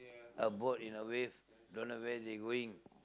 a boat in a wave don't know where they going